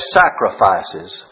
sacrifices